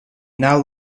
now